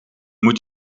moet